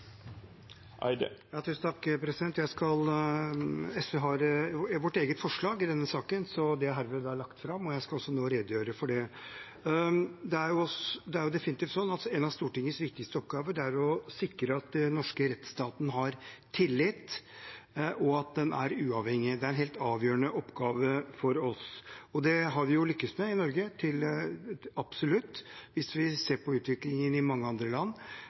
SV har sitt eget forslag i denne saken. Det er herved lagt fram, og jeg skal nå redegjøre for det. Det er definitivt sånn at en av Stortingets viktigste oppgaver er å sikre at den norske rettsstaten har tillit, og at den er uavhengig. Det er en helt avgjørende oppgave for oss, og det har vi jo lykkes med i Norge – absolutt. Hvis vi ser på utviklingen i mange andre land,